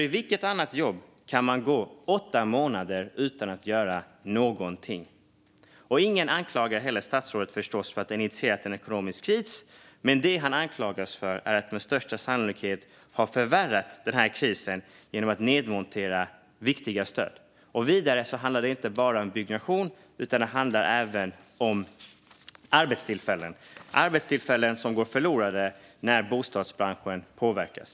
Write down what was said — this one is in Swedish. I vilket annat jobb kan man gå åtta månader utan att göra någonting? Det är förstås inte heller någon som anklagar statsrådet för att ha initierat en ekonomisk kris; det han anklagas för är att med största sannolikhet ha förvärrat krisen genom att nedmontera viktiga stöd. Vidare handlar det inte bara om byggnation utan även om arbetstillfällen som går förlorade när bostadsbranschen påverkas.